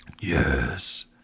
Yes